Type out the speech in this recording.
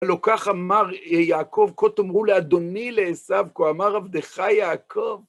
הלא כך אמר יעקב" "כה תאמרו לאדני, לעשו: כה אמר עבדך יעקב".